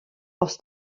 aus